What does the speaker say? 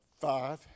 five